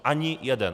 Ani jeden.